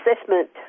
assessment